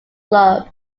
club